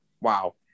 Wow